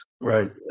right